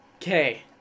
Okay